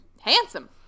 handsome